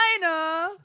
China